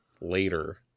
later